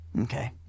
Okay